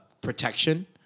protection